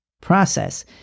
process